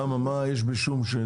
למה, מה יש בשום?